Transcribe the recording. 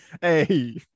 hey